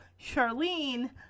Charlene